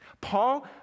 Paul